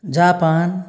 Japan